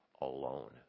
alone